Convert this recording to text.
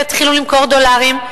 ויתחילו למכור דולרים,